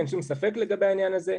אין שום ספק בעניין הזה,